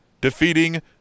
defeating